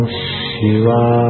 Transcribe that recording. Shiva